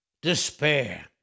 despair